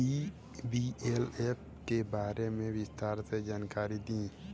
BLF के बारे में विस्तार से जानकारी दी?